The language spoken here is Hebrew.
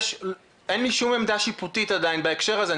אין לי שום עמדה שיפוטית עדיין בהקשר הזה,